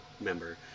member